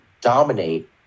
dominate